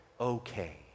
okay